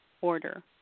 order